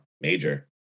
Major